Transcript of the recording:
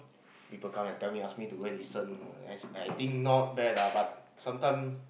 people come and tell me ask me to go and listen I think not bad lah but sometime